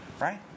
right